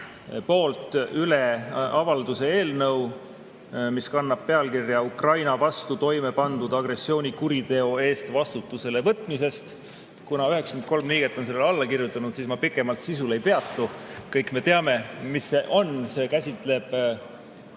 poolt üle avalduse eelnõu. Avaldus kannab pealkirja "Ukraina vastu toime pandud agressioonikuriteo eest vastutusele võtmisest". Kuna 93 liiget on sellele alla kirjutanud, siis ma pikemalt sisul ei peatu. Kõik me teame, mis see on. See käsitleb